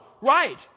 right